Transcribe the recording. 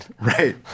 Right